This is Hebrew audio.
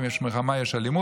ואם יש מלחמה, יש אלימות.